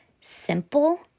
simple